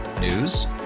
News